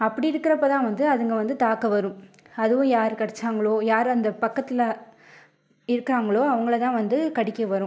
அப்படி இருக்கிறப்ப தான் வந்து அதுங்க வந்து தாக்க வரும் அதுவும் யார் கடித்தாங்களோ யார் அந்த பக்கத்தில் இருக்காங்களோ அவங்கள தான் வந்து கடிக்க வரும்